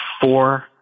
four